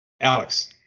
Alex